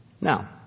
Now